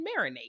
marinate